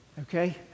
okay